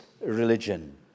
religion